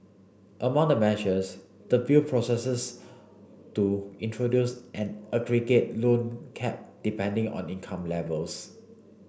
among the measures the bill proposes to introduce an aggregate loan cap depending on income levels